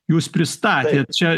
jūs pristatėt čia